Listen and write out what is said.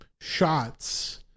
shots